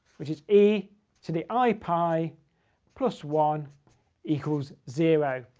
which is e to the i pi plus one equals zero.